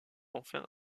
enfin